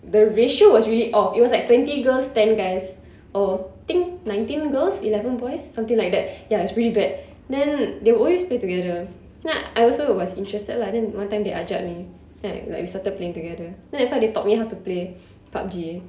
the ratio was really off it was like twenty girls ten guys or I think nineteen girls eleven boys something like that ya it's pretty bad then they will always play together then I also was interested lah then one time they ajak me then like like we started playing together then that's why they taught me how to play PUBG